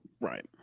right